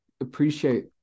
appreciate